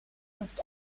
must